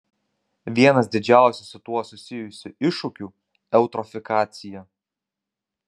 vienas didžiausių su tuo susijusių iššūkių eutrofikacija